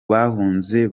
bahunze